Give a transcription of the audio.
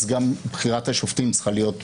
אז גם בחירת השופטים צריכה להיות בהתאמה.